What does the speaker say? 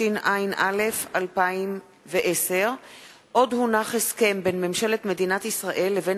התשע"א 2010. הסכם בין ממשלת מדינת ישראל לבין